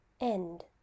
End